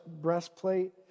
breastplate